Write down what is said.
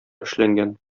эшләнгән